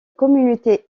communauté